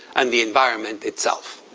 and the environment itself.